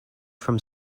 from